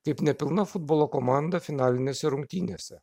kaip nepilna futbolo komanda finalinėse rungtynėse